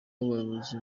y’ubuyobozi